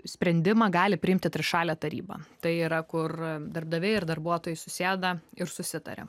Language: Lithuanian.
sprendimą gali priimti trišalė taryba tai yra kur darbdaviai ir darbuotojai susėda ir susitaria